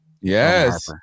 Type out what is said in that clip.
Yes